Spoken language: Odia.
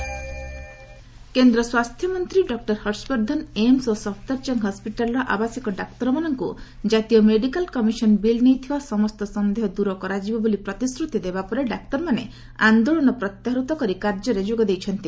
ଡକ୍ଟିସ୍ ଷ୍ଟ୍ରାଇକ୍ କେନ୍ଦ୍ର ସ୍ୱାସ୍ଥ୍ୟମନ୍ତ୍ରୀ ଡକ୍କର ହର୍ଷବର୍ଦ୍ଧନ ଏମ୍ସ ଓ ସଫଦରଜଙ୍ଗ ହସ୍ୱିଟାଲ୍ର ଆବାସିକ ଡାକ୍ତରମାନଙ୍କୁ ଜାତୀୟ ମେଡ଼ିକାଲ କମିଶନ ବିଲ୍ ନେଇ ଥିବା ସମସ୍ତ ସନ୍ଦେହ ଦୂର କରାଯିବ ବୋଲି ପ୍ରତିଶ୍ରତି ଦେବାପରେ ଡାକ୍ତରମାନେ ଆନ୍ଦୋଳନ ପ୍ରତ୍ୟାହୃତ କରି କାର୍ଯ୍ୟରେ ଯୋଗ ଦେଇଛନ୍ତି